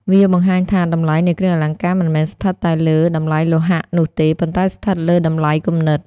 វាបង្ហាញថា តម្លៃនៃគ្រឿងអលង្ការមិនមែនស្ថិតតែលើ "តម្លៃលោហៈ" នោះទេ ប៉ុន្តែស្ថិតលើ "តម្លៃគំនិត"។